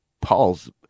Paul's